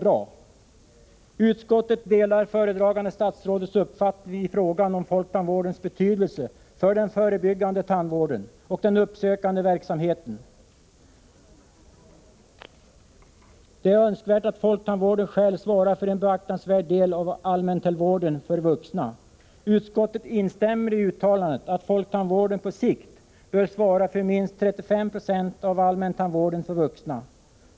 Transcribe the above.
Utskottet delar föredragande statsrådets uppfattning i fråga om folktandvårdens betydelse för den förebyggande tandvården och den uppsökande verksamheten. Det är önskvärt att folktandvården själv svarar för en beaktansvärd del av allmäntandvården för vuxna. Utskottet instämmer i uttalandet att folktandvården på sikt bör svara för minst 35 2 av allmäntandvården för vuxna.